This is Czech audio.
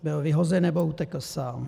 Byl vyhozen, nebo utekl sám?